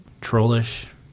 trollish